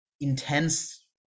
intense